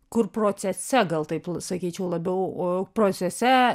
kur procese gal taip sakyčiau labiau procese